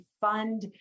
fund